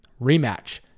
Rematch